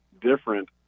different